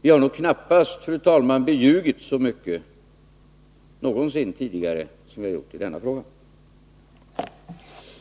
Vi har nog knappast, fru talman, beljugits så mycket någonsin tidigare som i denna fråga.